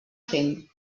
fem